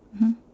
mmhmm